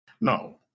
no